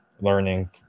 learning